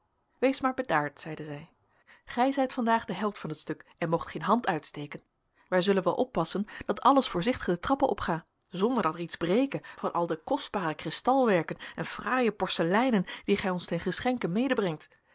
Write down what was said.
wees maar bedaard zeide zij gij zijt van daag de held van t stuk en moogt geen hand uitsteken wij zullen wel oppassen dat alles voorzichtig de trappen opga zonder dat er iets breke van al de kostbare kristalwerken en fraaie porseleinen die gij ons ten geschenke